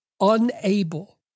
unable